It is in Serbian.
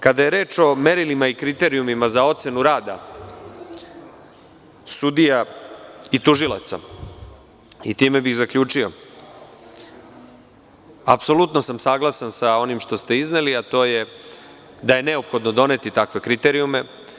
Kada je reč o merilima i kriterijumima za ocenu rada sudija i tužilaca, i time bih zaključio, apsolutno sam saglasan sa onim što ste izneli, a to je da je neophodno doneti takve kriterijume.